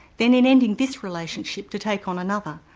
then in ending this relationship to take on another,